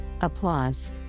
Applause